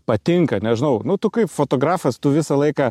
patinka nežinau nu tu kaip fotografas tu visą laiką